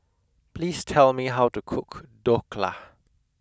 please tell me how to cook Dhokla